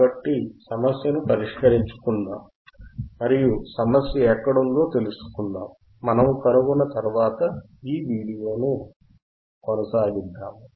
కాబట్టి సమస్యను పరిష్కరించుకుందాం మరియు సమస్య ఎక్కడ ఉందో తెలుసుకుందాం మనము కనుగొన్న తర్వాత తిరిగి ఈ వీడియోను కొనసాగిస్తాము